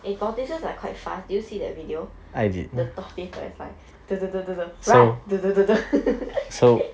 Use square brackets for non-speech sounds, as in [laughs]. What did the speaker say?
eh tortoises are quite fast did you see that video the tortoise very funny the the the the the run the the the the [laughs]